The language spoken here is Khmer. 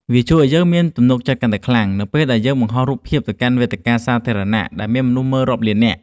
វាជួយឱ្យយើងមានទំនុកចិត្តកាន់តែខ្លាំងនៅពេលដែលយើងបង្ហោះរូបភាពទៅកាន់វេទិកាសាធារណៈដែលមានមនុស្សមើលរាប់លាននាក់។